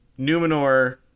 Numenor